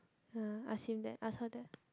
yeah ask him that ask her that